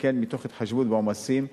וכן מתוך התחשבות בעומסים הקיימים.